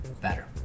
better